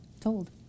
told